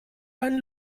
einen